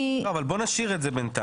לא, אבל בוא נשאיר את זה בינתיים.